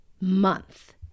month